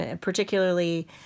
Particularly